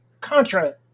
contra